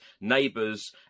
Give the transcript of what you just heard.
neighbours